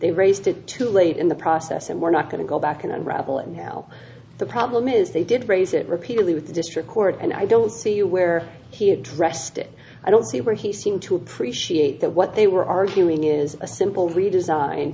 they raised it too late in the process and we're not going to go back in unraveling now the problem is they did raise it repeatedly with the district court and i don't see where he addressed it i don't see where he seemed to appreciate that what they were arguing is a simple redesign